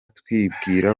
twibwira